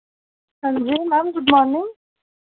हांजी ma'am good morning